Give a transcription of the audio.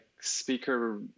speaker